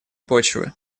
почвы